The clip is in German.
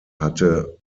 hatte